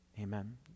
amen